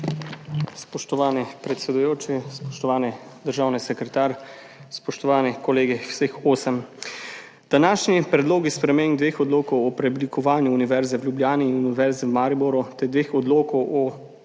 Spoštovani predsedujoči, spoštovani državni sekretar, spoštovani kolegi, vseh osem! Današnji predlogi sprememb dveh odlokov o preoblikovanju, Univerze v Ljubljani in Univerze v Mariboru, ter dveh odlokov o